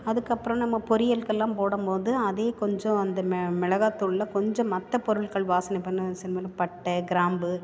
அதுக்கப்புறம் நம்ம பொரியலுக்கெல்லாம் போடும்போது அதே கொஞ்சம் அந்த மிளகாதூள்ல கொஞ்சம் மற்ற பொருள்கள் வாசனை பண்ண பட்டை கிராம்பு